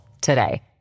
today